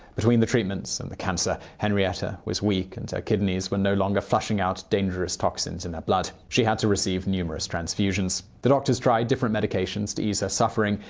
between the treatments and the cancer, henrietta was weak and her kidneys were no longer flushing out dangerous toxins in her blood. she had to receive numerous transfusions. the doctors tried different medications to ease her suffering,